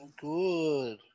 good